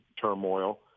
turmoil